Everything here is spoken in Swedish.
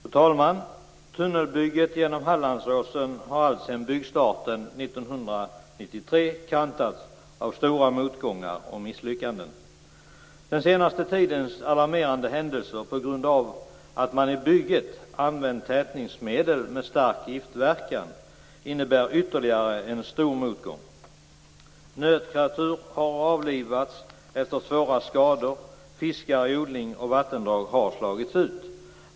Fru talman! Tunnelbygget genom Hallandsåsen har alltsedan byggstarten 1993 kantats av stora motgångar och misslyckanden. Den senaste tidens alarmerande händelser på grund av att man i bygget använt tätningsmedel med stark giftverkan innebär ytterligare en stor motgång. Nötkreatur har avlivats efter svåra skador och fiskar i odlingar och vattendrag har slagits ut.